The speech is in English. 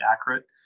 accurate